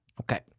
Okay